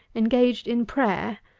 engaged in prayer,